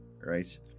right